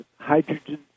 hydrogen